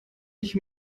ich